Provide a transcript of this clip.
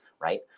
right